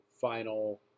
final